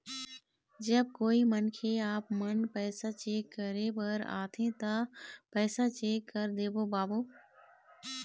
जब कोई मनखे आपमन पैसा चेक करे बर आथे ता पैसा चेक कर देबो बाबू?